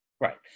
Right